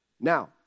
Now